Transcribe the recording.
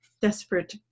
desperate